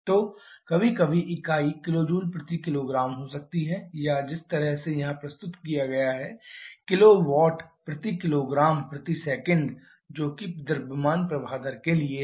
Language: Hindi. तो कभी कभी इकाई किलो जूल प्रति किलोग्राम हो सकती है या जिस तरह से यहां प्रस्तुत किया गया है किलो वाट प्रति किलोग्राम प्रति सेकंड जो कि द्रव्यमान प्रवाह दर के लिए है